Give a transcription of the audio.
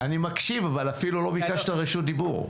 אני מקשיב, אבל אפילו לא ביקשת רשות דיבור.